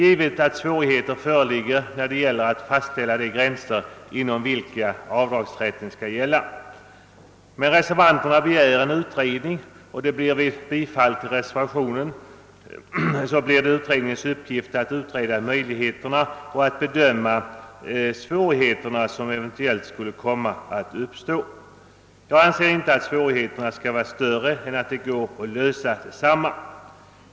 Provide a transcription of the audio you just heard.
Givet är att det föreligger svårigheter att fastställa de gränser inom vilka avdragsrätten skall gälla, men reservanterna begär en utredning om den saken. Vid ett bifall till reservationen blir det givetvis utred ningens uppgift att klarlägga möjligheterna och bedöma de svårigheter som eventuellt kan uppstå i det fallet. Jag anser inte att svårigheterna bör vara större än att det går att lösa dem.